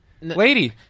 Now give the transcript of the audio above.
lady